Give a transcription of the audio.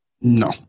No